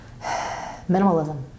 Minimalism